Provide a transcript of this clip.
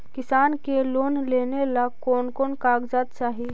किसान के लोन लेने ला कोन कोन कागजात चाही?